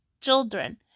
children